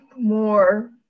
more